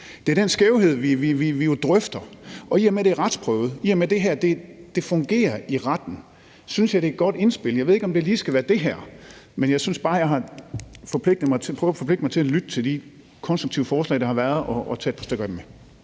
Det er den skævhed, vi jo drøfter, og i og med det er retsprøvet, altså i og med at det fungerer i retten, synes jeg, det er et godt indspil. Jeg ved ikke, om det lige skal være det her, men jeg synes bare, jeg prøver at forpligte mig til at prøve at lytte til de konstruktive forslag, der har været, og tage et par stykker af dem med.